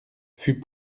fut